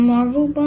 Marvel